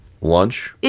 lunch